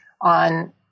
on